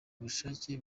ubushake